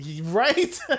Right